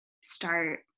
start